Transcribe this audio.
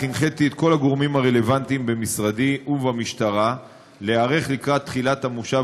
הנחיתי את כל הגורמים הרלוונטיים במשרדי ובמשטרה להיערך לקראת תחילת המושב